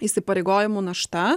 įsipareigojimų našta